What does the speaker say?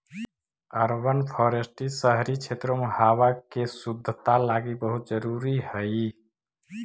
urban forestry शहरी क्षेत्रों में हावा के शुद्धता लागी बहुत जरूरी हई